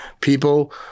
people